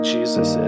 Jesus